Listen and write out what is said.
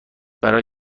برای